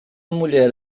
mulher